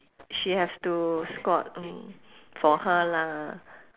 she have to squat mm for her lah